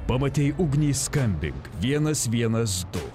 pamatei ugnį skambink vienas vienas du